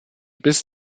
bis